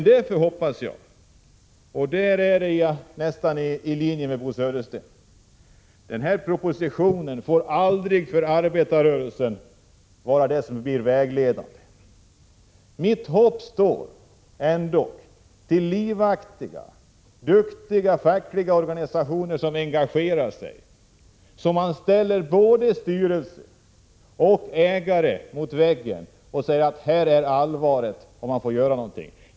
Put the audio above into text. Därför hoppas jag — och där är jag nästan i linje med Bo Södersten — att den här propositionen aldrig får bli vägledande för arbetarrörelsen. Mitt hopp står till livaktiga, duktiga fackliga organisationer, som engagerar sig och som ställer både styrelse och ägare mot väggen och säger att här är allvaret, man får göra någonting.